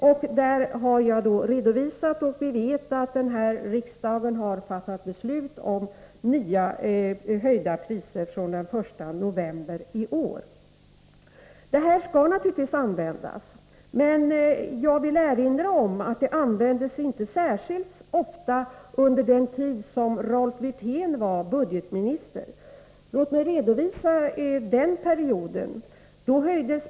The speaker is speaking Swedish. Där har jag lämnat en redovisning, och vi vet att denna riksdag har fattat beslut om höjda priser från den 21 november i år. Prisinstrumentet skall naturligtvis användas, men jag vill erinra om att det inte användes särskilt ofta under den tid då Rolf Wirtén var budgetminister. Låt mig lämna en redovisning för den perioden.